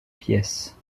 pièces